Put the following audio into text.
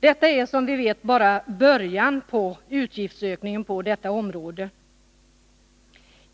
Detta är, som vi vet, bara början på utgiftsökningen på detta område.